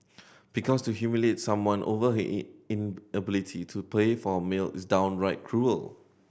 because to humiliate someone over he inability to pay for meal is downright cruel